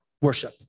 worship